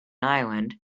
island